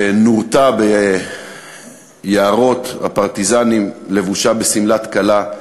שנורתה ביערות הפרטיזנים לבושה בשמלת כלה,